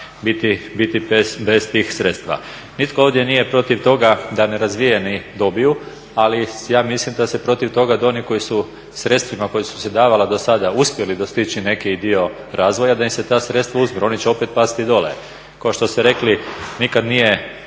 biti bez tih sredstva. Nitko ovdje nije protiv toga da nerazvijeni dobiju ali ja mislim da se protiv toga da oni koji su sredstvima koja su se davala do sada uspjeli dostići neki dio razvoja da im se ta sredstva uzmu jer oni će opet pasti dolje. Kao što ste rekli nikada nije